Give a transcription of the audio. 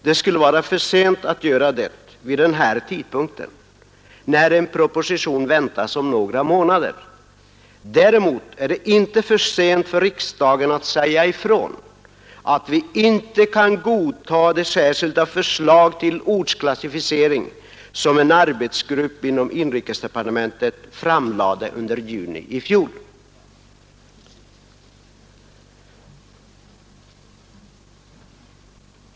Det skulle vara för sent att göra det vid den här tidpunkten, när en proposition väntas om några månader. Däremot är det inte för sent för riksdagen att säga ifrån att vi inte kan godta det särskilda förslag till ortsklassificering som en arbetsgrupp inom inrikesdepartementet framlade under juni i fjol.